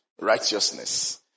Righteousness